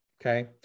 okay